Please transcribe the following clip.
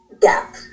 gap